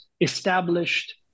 established